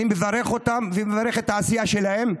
ואני מברך אותם ומברך את העשייה שלהם,